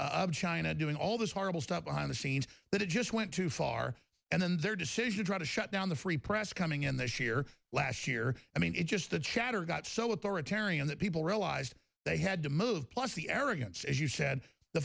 of china doing all this horrible stuff behind the scenes that it just went too far and in their decision trying to shut down the free press coming in this year last year i mean it just the chatter got so authoritarian that people realized they had to move plus the arrogance as you said the